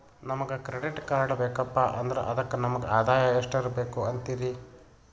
ನಮಗ credit card ಬೇಕಪ್ಪ ಅಂದ್ರ ಅದಕ್ಕ ನಮಗ ಆದಾಯ ಎಷ್ಟಿರಬಕು ಅಂತೀರಿ?